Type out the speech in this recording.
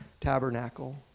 tabernacle